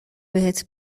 بهت